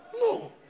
No